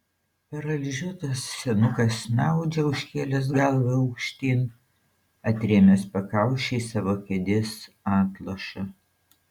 paralyžiuotas senukas snaudžia užkėlęs galvą aukštyn atrėmęs pakauši į savo kėdės atlošą